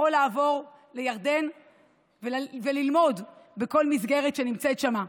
יכול לעבור לירדן וללמוד בכל מסגרת שנמצאת שם,